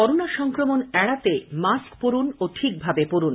corona সংক্রমণ এড়াতে mask পরুন ও ঠিক ভাবে পরুন